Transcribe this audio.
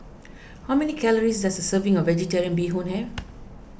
how many calories does a serving of Vegetarian Bee Hoon have